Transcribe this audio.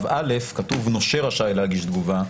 106ו סעיף קטן א' כתוב נושה רשאי להגיש תגובה.